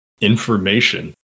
information